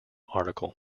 article